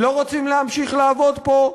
לא רוצים להמשיך לעבוד פה?